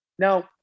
Now